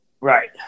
Right